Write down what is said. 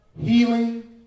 healing